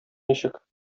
ничек